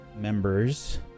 members